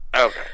Okay